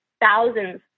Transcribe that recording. thousands